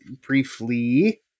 briefly